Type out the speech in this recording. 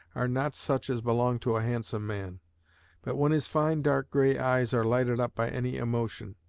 are not such as belong to a handsome man but when his fine dark gray eyes are lighted up by any emotion,